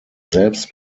selbst